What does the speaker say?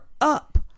up